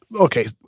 okay